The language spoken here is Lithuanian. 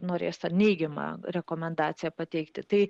norės tą neigiamą rekomendaciją pateikti tai